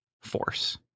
force